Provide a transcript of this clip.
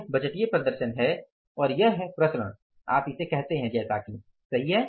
यह बजटीय प्रदर्शन है और यह है प्रसरण आप इसे कहते हैं जैसा कि सही है